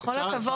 בכל הכבוד,